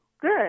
good